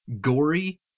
gory